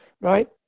right